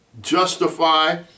justify